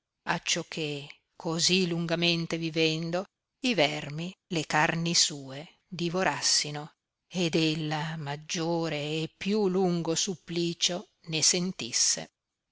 nodrita acciò che così lungamente vivendo i vermi le carni sue divorassino ed ella maggiore e più lungo supplicio ne sentisse